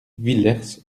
villers